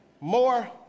more